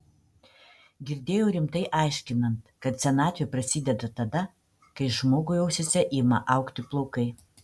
girdėjau rimtai aiškinant kad senatvė prasideda tada kai žmogui ausyse ima augti plaukai